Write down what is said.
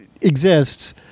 exists